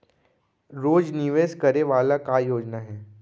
रोज निवेश करे वाला का योजना हे?